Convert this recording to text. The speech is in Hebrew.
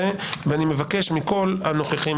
מבקש מכל הנוכחים,